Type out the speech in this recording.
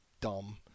dumb